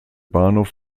bahnhof